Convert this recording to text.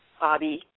Bobby